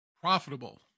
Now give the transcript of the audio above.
Profitable